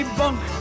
bunk